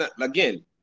again